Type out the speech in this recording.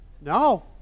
no